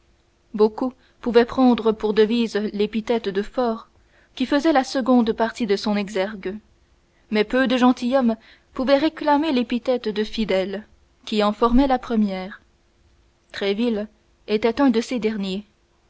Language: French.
beaucoup pouvaient prendre pour devise l'épithète de fort qui faisait la seconde partie de son exergue mais peu de gentilshommes pouvaient réclamer l'épithète de fidèle qui en formait la première tréville était un de ces derniers